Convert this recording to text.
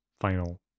final